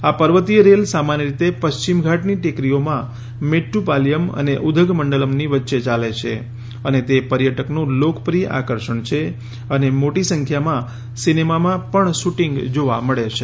આ પર્વતીય રેલ સામાન્ય રીતે પશ્ચિમ ઘાટની ટેકરીઓમાં મેદૃપાલયમ અને ઉધગ મંડલમની વચ્ચે યાલે છે અને તે પર્યટકનું લોકપ્રિય આકર્ષણ છે અને મોટી સંખ્યામાં સિનેમામાં પણ શૂટિંગ જોવા મળે છે